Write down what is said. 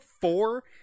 four